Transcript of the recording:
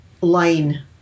line